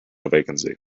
vacancy